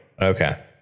okay